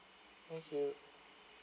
thank you